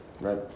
right